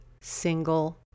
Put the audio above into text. single